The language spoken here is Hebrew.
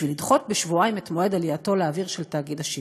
בשביל לדחות בשבועיים את מועד עלייתו לאוויר של תאגיד השידור.